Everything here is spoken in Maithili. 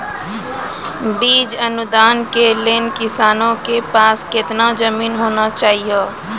बीज अनुदान के लेल किसानों के पास केतना जमीन होना चहियों?